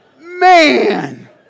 man